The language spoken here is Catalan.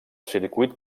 circuit